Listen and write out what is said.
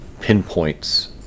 pinpoints